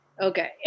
okay